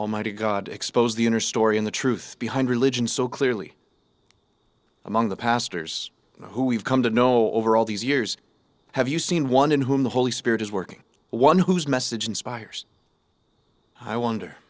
almighty god expose the inner story and the truth behind religion so clearly among the pastors who we've come to know over all these years have you seen one in whom the holy spirit is working one whose message inspires i wonder